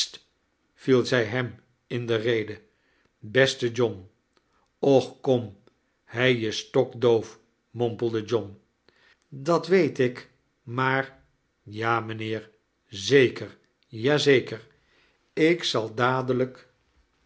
viel zij hem in de rede beste john och kom hij is stokdoof mompelde john dat weet ik maar ja mijnheer zeker ja zeker ik zal dadelijk